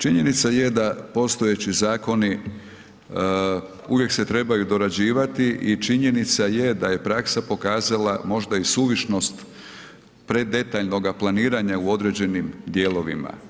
Činjenica je da postojeći zakoni uvijek se trebaju dorađivati i činjenica je da je praksa pokazala možda i suvišnost predetaljnoga planiranja u određenim dijelovima.